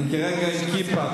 אני כרגע עם כיפה,